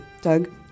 Doug